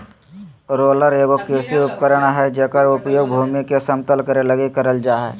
roller एगो कृषि उपकरण हइ जेकर उपयोग भूमि के समतल करे लगी करल जा हइ